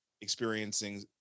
experiencing